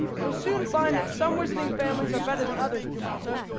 you'll soon find that some wizarding families are better than others, potter.